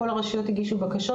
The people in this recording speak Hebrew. כל הרשויות הגישו בקשות,